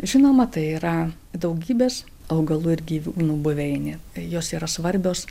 žinoma tai yra daugybės augalų ir gyvūnų buveinė jos yra svarbios